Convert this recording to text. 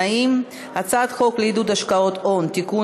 הצעת חוק לעידוד השקעות הון (תיקון,